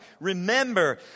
remember